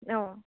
অঁ